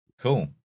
Cool